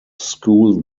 school